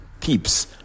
tips